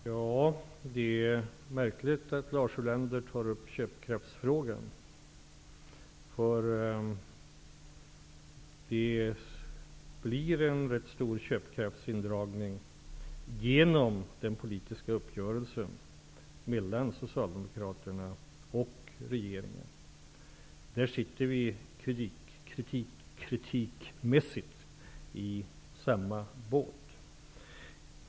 Herr talman! Det är märkligt att Lars Ulander tar upp frågan om köpkraft, för det blir en ganska stor köpkraftsindragning genom den politiska uppgörelsen mellan Socialdemokraterna och regeringen. Vad beträffar kritiken sitter vi i samma båt.